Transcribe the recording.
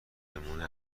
نمونه